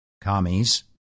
commies